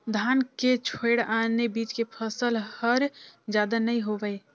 धान के छोयड़ आने चीज के फसल हर जादा नइ होवय